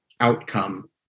outcome